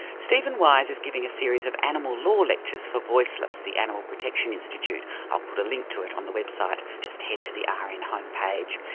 steven wise is giving a series of animal law lectures for voiceless, the animal protection institute. i'll put a link to it on the website, just head to the rn and homepage.